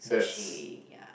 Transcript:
so she ya